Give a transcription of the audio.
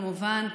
כמובן,